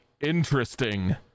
interesting